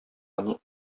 аның